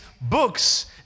books